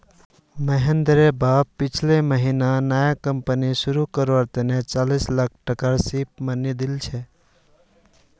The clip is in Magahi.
महेंद्रेर बाप पिछले महीना नया कंपनी शुरू करवार तने चालीस लाख टकार सीड मनीर रूपत दिल छेक